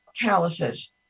calluses